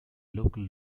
local